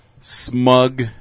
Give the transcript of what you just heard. Smug